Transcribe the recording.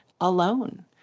alone